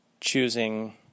choosing